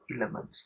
elements